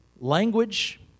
language